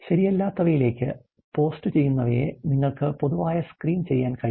ശരിയല്ലാത്തവയിലേക്ക് പോസ്റ്റുചെയ്യുന്നവയെ നിങ്ങൾക്ക് പൊതുവായി സ്ക്രീൻ ചെയ്യാൻ കഴിയും